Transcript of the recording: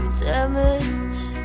damage